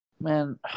Man